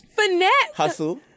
Hustle